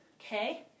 okay